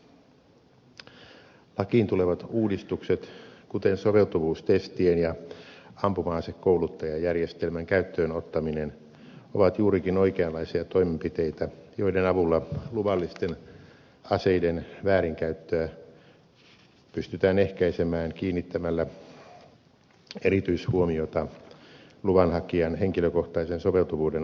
lakiin tulevat uudistukset kuten soveltuvuustestien ja ampuma asekouluttajajärjestelmän käyttöönottaminen ovat juurikin oikeanlaisia toimenpiteitä joiden avulla luvallisten aseiden väärinkäyttöä pystytään ehkäisemään kiinnittämällä erityishuomiota luvanhakijan henkilökohtaisen soveltuvuuden arviointiin